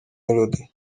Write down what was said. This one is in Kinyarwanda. melodie